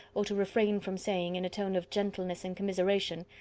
or to refrain from saying, in a tone of gentleness and commiseration,